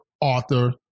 author